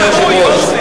אדוני היושב-ראש,